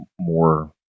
more